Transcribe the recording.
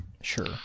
Sure